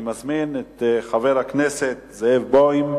אני מזמין את חבר הכנסת זאב בוים,